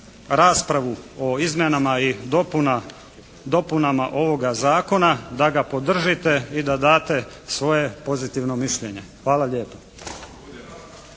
raspravu o izmjenama i dopunama ovoga zakona, da ga podržite i da date svoje pozitivno mišljenje. Hvala lijepa.